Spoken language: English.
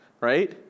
right